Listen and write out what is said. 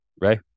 right